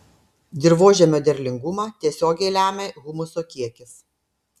dirvožemio derlingumą tiesiogiai lemia humuso kiekis